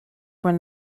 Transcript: were